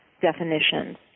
definitions